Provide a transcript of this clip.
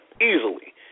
easily